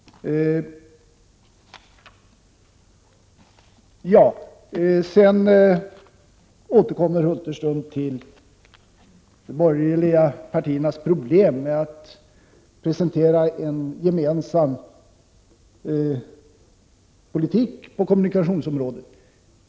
Hulterström återkommer till vad han anser vara de borgerligas partiernas problem med att presentera en gemensam politik på kommunikationsområdet.